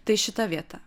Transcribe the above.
tai šita vieta